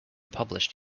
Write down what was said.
published